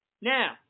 Now